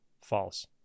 false